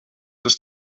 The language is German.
ist